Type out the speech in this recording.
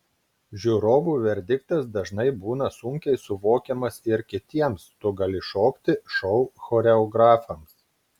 žiūrovų verdiktas dažnai būna sunkiai suvokiamas ir kitiems tu gali šokti šou choreografams